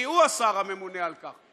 כי הוא השר הממונה על כך.